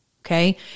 Okay